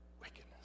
wickedness